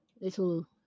little